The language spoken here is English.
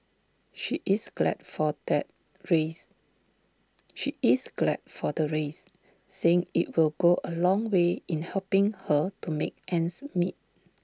she is glad for the raise she is glad for the raise saying IT will go A long way in helping her to make ends meet